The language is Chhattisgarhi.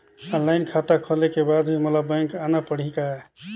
ऑनलाइन खाता खोले के बाद भी मोला बैंक आना पड़ही काय?